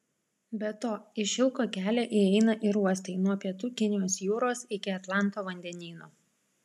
be to į šilko kelią įeina ir uostai nuo pietų kinijos jūros iki atlanto vandenyno